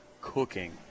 cooking